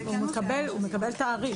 הוא מקבל תאריך,